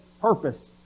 purpose